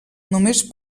només